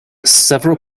several